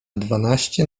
dwanaście